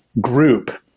group